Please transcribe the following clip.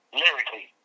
lyrically